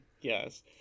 Yes